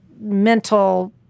mental